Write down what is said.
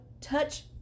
touch